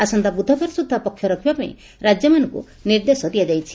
ଆସନ୍ତା ବୁଧବାର ସୁଦ୍ଧା ପକ୍ଷ ରଖିବା ପାଇଁ ରାକ୍ୟମାନଙ୍କୁ ନିର୍ଦ୍ଧେଶ ଦିଆଯାଇଛି